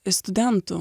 iš studentų